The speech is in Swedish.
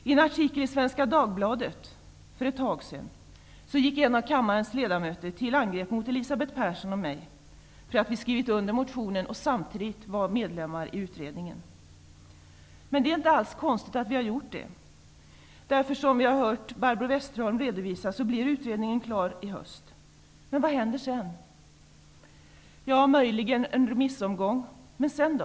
I en artikel i Svenska Dagbladet för ett tag sedan gick en av kammarens ledamöter till angrepp mot Elisabeth Persson och mig för att vi skrivit under motionen och samtidigt var medlemmar i utredningen. Det är inte alls konstigt att vi har gjort så. Som vi har hört Barbro Westerholm redovisa blir utredningen klar i höst. Men vad händer sedan? Det blir möjligen en remissomgång, men vad händer sedan då?